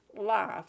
life